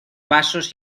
vasos